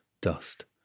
dust